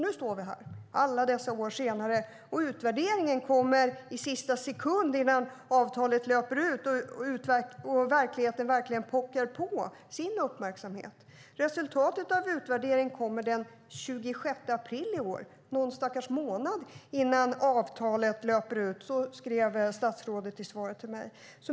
Nu står vi här, alla dessa år senare, och utvärderingen kommer i sista sekund innan avtalet löper ut och verkligheten verkligen pockar på uppmärksamhet. Resultatet av utvärderingen kommer den 26 april i år, någon stackars månad innan avtalet löper ut, skrev statsrådet i svaret till mig.